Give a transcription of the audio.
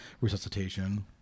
resuscitation